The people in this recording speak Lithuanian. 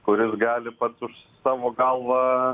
kuris gali pats už savo galvą